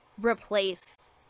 replace